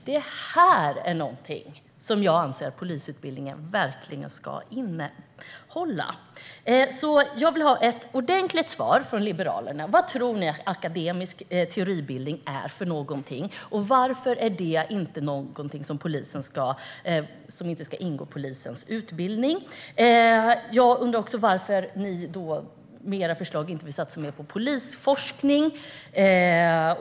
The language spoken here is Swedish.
Detta tycker jag att polisutbildningen verkligen ska innehålla. Jag vill ha ett ordentligt svar från Liberalerna om vad de tror att akademisk teoribildning är och varför detta inte ska ingå i polisens utbildning. Jag undrar också varför de i sina förslag inte heller vill satsa mer på polisforskning.